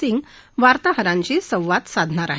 सिंग वार्ताहरांशी संवाद साधणार आहेत